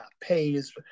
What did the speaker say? pays